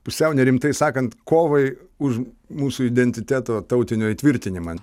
pusiau nerimtai sakant kovai už mūsų identiteto tautinio įtvirtinimą